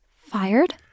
Fired